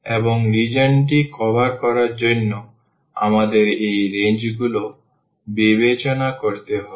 এবং রিজিওনটি কভার করার জন্য আমাদের এই রেঞ্জগুলি বিবেচনা করতে হবে